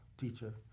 teacher